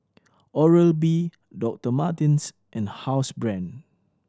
Oral B Doctor Martens and Housebrand